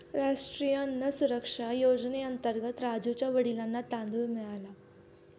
राष्ट्रीय अन्न सुरक्षा योजनेअंतर्गत राजुच्या वडिलांना तांदूळ मिळाला